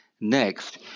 next